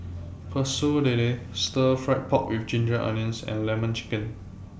Pecel Lele Stir Fry Pork with Ginger Onions and Lemon Chicken